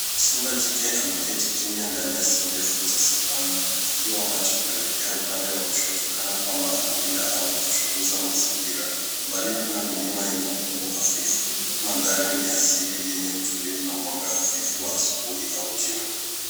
Simba jike ameketi kimya na nyasi ndefu za savannah akiwa macho kuelekea upande wa kushoto kana kwamba anawinda au kuchunguza mazingira. Mbali kuna milima yenye ukungu hafifu. Mandhari ni ya asili yenye utulivu na mwanga hafifu wa asubuhi au jioni.